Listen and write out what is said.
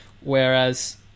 Whereas